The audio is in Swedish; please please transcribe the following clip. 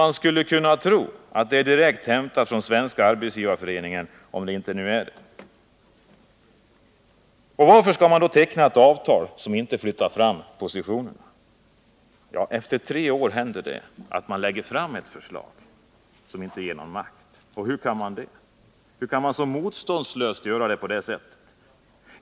Man skulle kunna tro att det vore direkt hämtat från Svenska Arbetsgivareföreningen — om det nu inte rent av är det. Och varför vill man teckna ett avtal som inte flyttar fram positionerna? Efter tre år händer det att man lägger fram ett förslag som inte ger någon makt. Hur kan man så motståndslöst göra på det sättet?